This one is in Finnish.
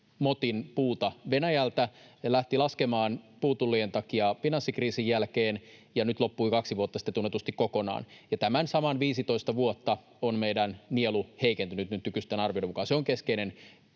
motin puuta Venäjältä. Se lähti laskemaan puutullien takia finanssikriisin jälkeen ja nyt loppui kaksi vuotta sitten tunnetusti kokonaan. Tämän saman 15 vuotta on meidän nielumme heikentynyt nykyisten arvion mukaan. Se on keskeinen